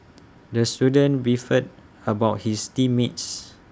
the student beefed about his team mates